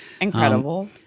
Incredible